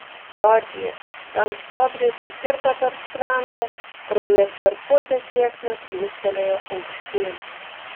sodžiuje tam stuobriui kai kirto per sprandą kraujas per pusę sieksnio kliūstelėjo aukštyn